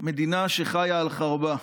מדינה שחיה על חרבה.